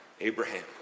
Abraham